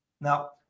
Now